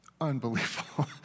Unbelievable